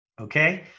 okay